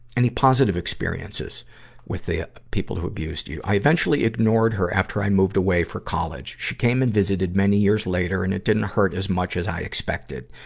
any positive experiences with the people who have abused you? i eventually ignored her after i moved away for college. she came and visited many years later, and it didn't hurt as much as i expected.